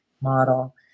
model